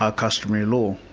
ah customary law,